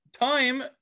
Time